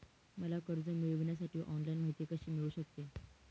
मला कर्ज मिळविण्यासाठी ऑनलाइन माहिती कशी मिळू शकते?